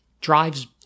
drives